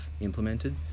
implemented